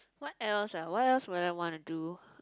what else ah what else would I wanna do